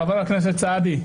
חבר הכנסת סעדי,